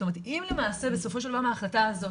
זאת אומרת, אם למעשה בסופו של דבר ההחלטה הזאת,